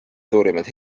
suurimad